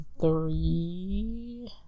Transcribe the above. three